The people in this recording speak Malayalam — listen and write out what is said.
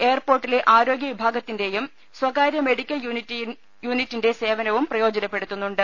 എയർപോർട്ടിലെ ആരോഗ്യവിഭാഗത്തിന്റേയും സ്ഥകാര്യമെഡിക്കൽ യൂണിറ്റിന്റെ സേവനവും പ്രയോജനപ്പെത്തുന്നുണ്ട്